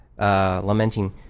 lamenting